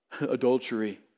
Adultery